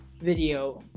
video